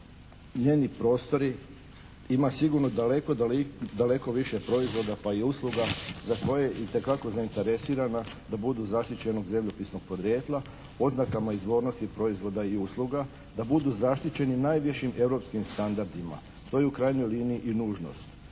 njeni prostori ima sigurno daleko, daleko više proizvoda pa i usluga za koje je itekako zainteresirana da budu zaštićenog zemljopisnog podrijetla, oznakama izvornosti proizvoda i usluga, da budu zaštićeni najvišim europskim standardima. To je u krajnjoj liniji i nužnost.